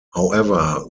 however